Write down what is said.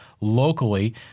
locally